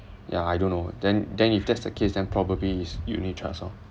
yeah I don't know then then if that's the case then probably is unit trust lor